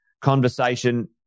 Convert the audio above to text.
conversation